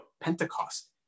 Pentecost